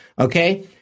Okay